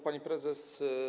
Pani Prezes!